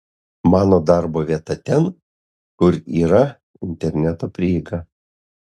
mano darbo vieta ten kur yra interneto prieiga